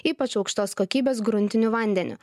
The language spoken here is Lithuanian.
ypač aukštos kokybės gruntiniu vandeniu